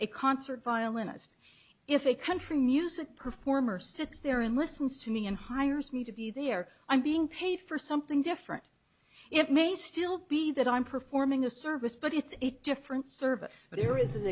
a concert violinist if a country music performer sits there and listens to me and hires me to be there i'm being paid for something different it may still be that i'm performing a service but it's a different service but there is an